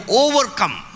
overcome